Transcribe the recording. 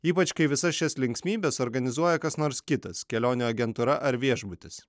ypač kai visas šias linksmybes organizuoja kas nors kitas kelionių agentūra ar viešbutis